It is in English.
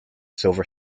silver